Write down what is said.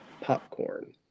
Popcorn